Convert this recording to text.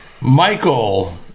Michael